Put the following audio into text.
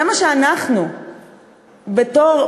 זה מה שאנחנו, בתור,